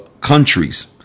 countries